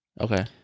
okay